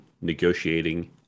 negotiating